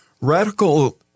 Radical